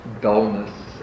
dullness